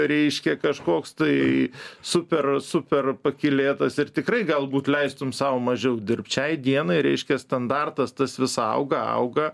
reiškia kažkoks tai super super pakylėtas ir tikrai galbūt leistum sau mažiau dirbt šiai dienai reiškia standartas tas vis auga auga